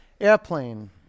Airplane